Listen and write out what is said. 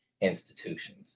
institutions